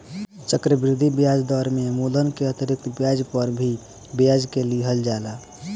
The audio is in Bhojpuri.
चक्रवृद्धि ब्याज दर में मूलधन के अतिरिक्त ब्याज पर भी ब्याज के लिहल जाला